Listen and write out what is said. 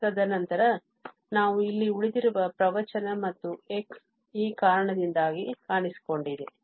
ತದನಂತರ ನಾವು ಇಲ್ಲಿ ಉಳಿದಿರುವ ಪ್ರವಚನ ಮತ್ತು x ಈ ಕಾರಣದಿಂದಾಗಿ ಕಾಣಿಸಿಕೊಂಡಿದೆ